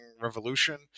revolution